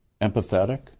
empathetic